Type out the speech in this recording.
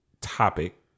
topic